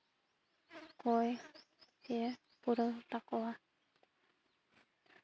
ᱠᱚᱭ ᱮ ᱯᱩᱨᱟᱹᱣ ᱛᱟᱠᱚᱣᱟ